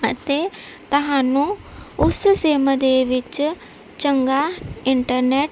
ਅਤੇ ਤੁਹਾਨੂੰ ਉਸ ਸਿਮ ਦੇ ਵਿੱਚ ਚੰਗਾ ਇੰਟਰਨੈਟ